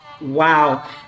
Wow